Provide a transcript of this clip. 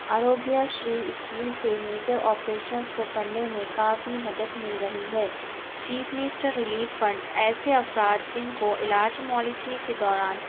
Arogya Shri scheme سے major operations کو کرنے میں کافی مدد مل رہی ہے چیف نسٹر ریلیف فنڈ ایسے افراد جن کو علاج معالجے کے دوران